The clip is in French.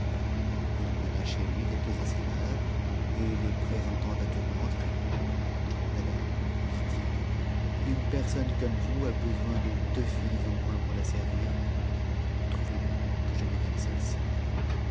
ïi mena chez lui les deux esclaves et les présentant à tourmente madame lui ti u une personne comme vous a besoin de deux filles au moins pour la servir trouvez bon que je vous donne celles-ci